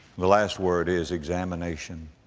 the last word is examination.